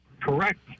Correct